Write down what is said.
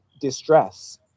distress